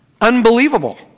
Unbelievable